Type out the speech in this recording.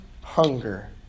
hunger